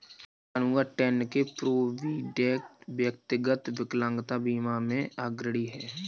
Chattanooga, Tenn के Provident, व्यक्तिगत विकलांगता बीमा में अग्रणी हैं